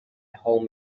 home